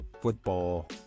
football